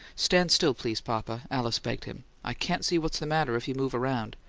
stand still, please, papa, alice begged him. i can't see what's the matter if you move around.